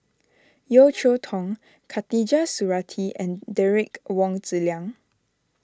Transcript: Yeo Cheow Tong Khatijah Surattee and Derek Wong Zi Liang